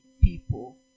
people